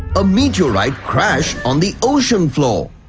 a meteorite crash on the ocean floor.